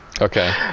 Okay